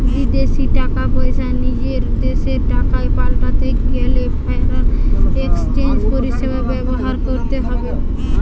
বিদেশী টাকা পয়সা নিজের দেশের টাকায় পাল্টাতে গেলে ফরেন এক্সচেঞ্জ পরিষেবা ব্যবহার করতে হবে